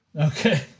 Okay